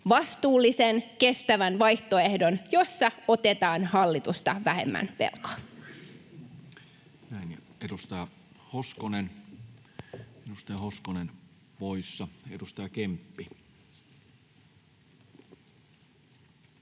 vastuullisen, kestävän vaihtoehdon, jossa otetaan hallitusta vähemmän velkaa. Näin. — Edustaja Hoskonen, edustaja